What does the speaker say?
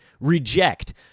Reject